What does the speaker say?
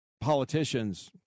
politicians